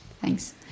Thanks